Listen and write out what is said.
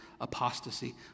apostasy